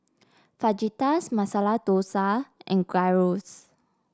Fajitas Masala Dosa and Gyros